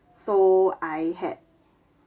so I had